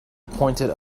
appointed